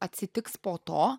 atsitiks po to